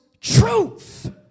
truth